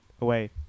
away